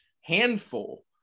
handful